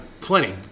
plenty